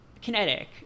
kinetic